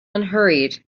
unhurried